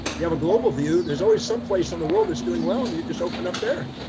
they have a global view. there's always some place on the world that's doing well. and you're just opened up there,